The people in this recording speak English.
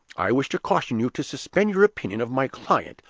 i wish to caution you to suspend your opinion of my client,